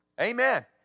Amen